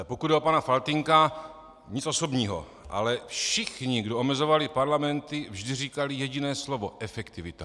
Pokud jde o pana Faltýnka, nic osobního, ale všichni, kdo omezovali parlamenty, vždy říkali jediné slovo efektivita.